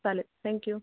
चालेल thank U